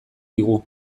digu